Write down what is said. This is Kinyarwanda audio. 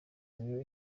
royal